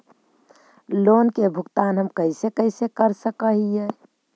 Loan के भुगतान हम कैसे कैसे कर सक हिय?